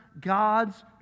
God's